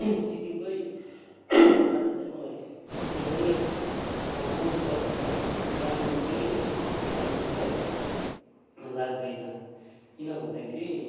सिक्किमकै बाटो चाहिँ मलाई एकदमै अब मनपर्दैन जानु मन पनि अब त्यत्ति साह्रो चाहिँ मलाई लाग्दैन किन भन्दाखेरि